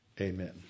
Amen